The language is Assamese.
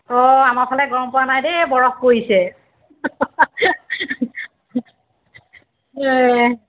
অঁ আমাৰ ফালে গৰম পৰা নাই দেই বৰফ পৰিছে